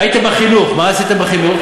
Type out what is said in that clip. הייתם בחינוך, מה עשיתם בחינוך?